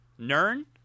Nern